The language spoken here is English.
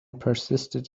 persisted